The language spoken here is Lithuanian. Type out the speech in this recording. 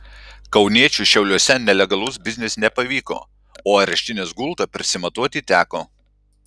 kauniečiui šiauliuose nelegalus biznis nepavyko o areštinės gultą prisimatuoti teko